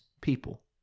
people